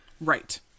Right